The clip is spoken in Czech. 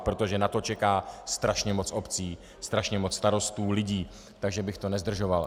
Protože na to čeká strašně moc obcí, strašně moc starostů, lidí, takže bych to nezdržoval.